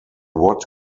what